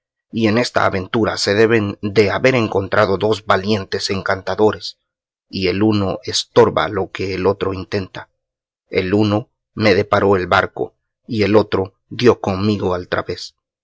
y en esta aventura se deben de haber encontrado dos valientes encantadores y el uno estorba lo que el otro intenta el uno me deparó el barco y el otro dio conmigo al través